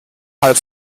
halb